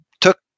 took